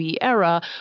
era